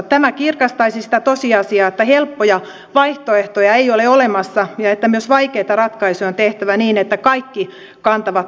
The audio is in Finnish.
tämä kirkastaisi sitä tosiasiaa että helppoja vaihtoehtoja ei ole olemassa ja että myös vaikeita ratkaisuja on tehtävä niin että kaikki kantavat osuutensa